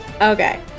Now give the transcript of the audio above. Okay